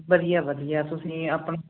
ਵਧੀਆ ਵਧੀਆ ਤੁਸੀਂ ਆਪਣਾ